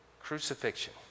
Crucifixion